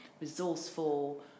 Resourceful